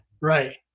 right